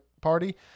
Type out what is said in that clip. party